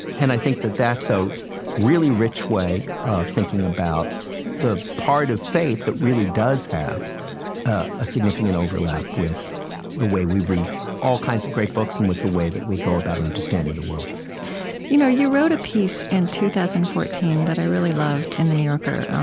and i think that that's a so really rich way of thinking about the part of faith that really does have ah a significant overlap with the way we read all kinds of great books and with the way that we go about understanding the world you know you wrote a piece in two thousand and fourteen that i really loved, in the new yorker,